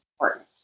important